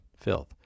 filth